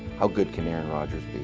how good can aaron rodgers